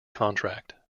contract